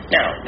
Now